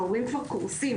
ההורים כבר קורסים,